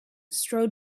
strode